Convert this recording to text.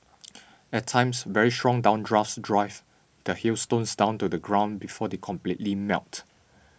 at times very strong downdrafts drive the hailstones down to the ground before they completely melt